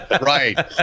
Right